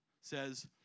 says